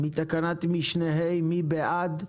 מי בעד?